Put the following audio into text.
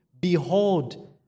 Behold